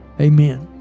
Amen